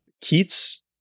Keats